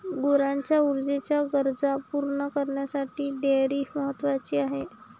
गुरांच्या ऊर्जेच्या गरजा पूर्ण करण्यासाठी डेअरी महत्वाची आहे